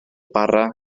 bara